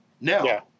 Now